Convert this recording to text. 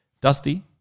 Dusty